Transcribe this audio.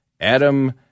Adam